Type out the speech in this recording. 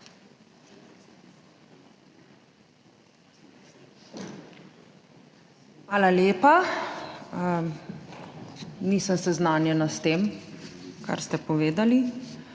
Hvala lepa. Nisem seznanjena s tem, kar ste povedali.